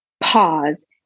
pause